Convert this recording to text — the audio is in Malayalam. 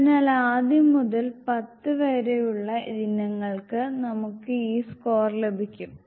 അതിനാൽ ആദ്യം മുതൽ 10 വരെയുള്ള ഇനങ്ങൾക്ക് നമുക്ക് ഈ സ്കോർ ലഭിക്കും